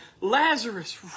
Lazarus